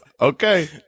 Okay